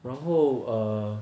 然后 err